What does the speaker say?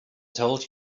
told